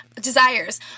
desires